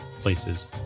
places